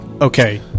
okay